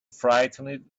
frightened